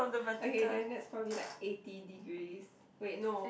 okay then that's probably like eighty degrees wait no